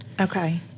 okay